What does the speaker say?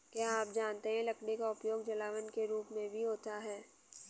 क्या आप जानते है लकड़ी का उपयोग जलावन के रूप में भी होता है?